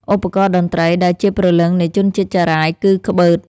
ឧបករណ៍តន្ត្រីដែលជាព្រលឹងនៃជនជាតិចារាយគឺ ក្បឺត។